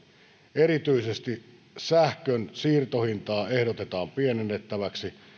erityisesti sähkön siirtohintaa ehdotetaan pienennettäväksi